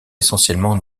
essentiellement